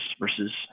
versus